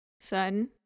son